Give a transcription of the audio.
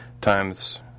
times